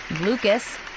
Lucas